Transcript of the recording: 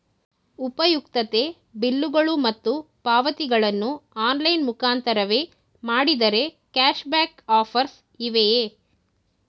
ಉಪಯುಕ್ತತೆ ಬಿಲ್ಲುಗಳು ಮತ್ತು ಪಾವತಿಗಳನ್ನು ಆನ್ಲೈನ್ ಮುಖಾಂತರವೇ ಮಾಡಿದರೆ ಕ್ಯಾಶ್ ಬ್ಯಾಕ್ ಆಫರ್ಸ್ ಇವೆಯೇ?